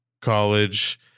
college